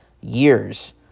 years